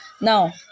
Now